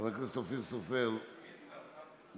חבר הכנסת אופיר סופר, אינו נוכח,